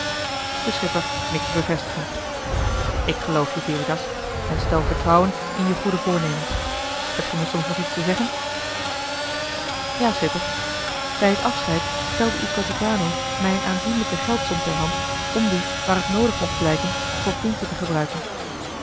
de schipper knikte bevestigend ik geloof je veritas en stel vertrouwen in je goede voornemens heb-je me soms nog iets te zeggen ja schipper bij het afscheid stelde il capitano mij een aanzienlijke geldsom ter hand om die waar het noodig mocht blijken voor kindje te gebruiken